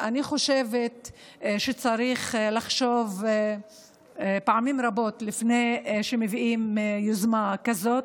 אני חושבת שצריך לחשוב פעמים רבות לפני שיוזמים יוזמה כזאת.